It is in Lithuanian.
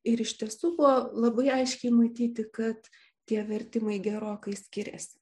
ir iš tiesų buvo labai aiškiai matyti kad tie vertimai gerokai skiriasi